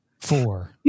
Four